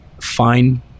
fine